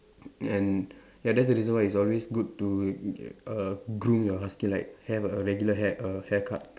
and ya that's the reason why it's always good to err groom your husky like have a regular hair err hair cut